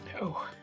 no